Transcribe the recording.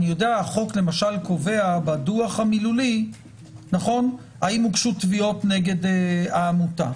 החוק קובע בדוח המילולי האם הוגשו תביעות נגד העמותה.